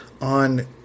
on